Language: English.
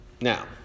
Now